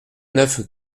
neuf